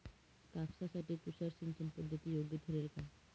कापसासाठी तुषार सिंचनपद्धती योग्य ठरेल का?